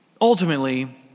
ultimately